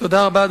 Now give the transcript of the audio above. תודה רבה.